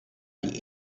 die